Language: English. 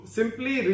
Simply